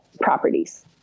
properties